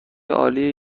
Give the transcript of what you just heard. عالی